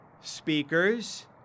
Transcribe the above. speakers